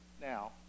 now